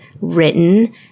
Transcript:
written